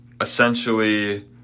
essentially